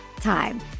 time